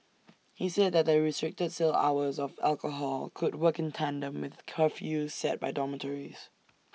he said that the restricted sale hours of alcohol could work in tandem with curfews set by dormitories